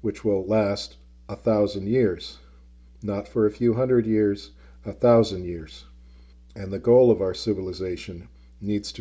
which will last a thousand years not for a few hundred years a thousand years and the goal of our civilization needs